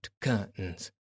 curtains